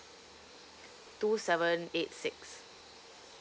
two seven eight six